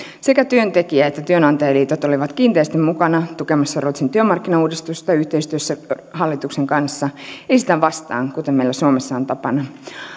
sekä työntekijä että työnantajaliitot olivat kiinteästi mukana tukemassa ruotsin työmarkkinauudistusta yhteistyössä hallituksen kanssa ei sitä vastaan kuten meillä suomessa on tapana